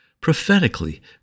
Prophetically